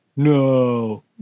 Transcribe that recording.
No